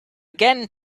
again